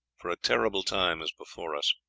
for a terrible time is before us.